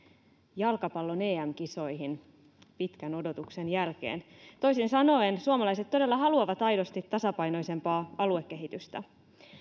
jalkapallon em kisoihin pitkän odotuksen jälkeen toisin sanoen suomalaiset todella haluavat aidosti tasapainoisempaa aluekehitystä